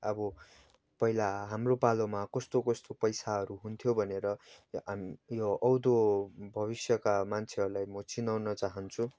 अब पहिला हाम्रो पालोमा कोस्तो कोस्तो पैसाहरू हुन्थ्यो भनेर यो आउँदो भविष्यका मान्छेहरूलाई मो चिनाउन चाहन्छु